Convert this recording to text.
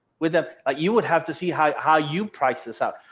with a ah you would have to see how how you price this out.